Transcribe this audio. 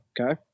Okay